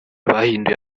bahinduye